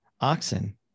oxen